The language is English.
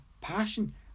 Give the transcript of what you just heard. passion